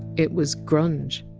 it was! grunge!